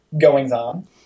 goings-on